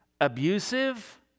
abusive